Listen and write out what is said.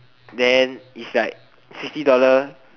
then it's like sixty dollar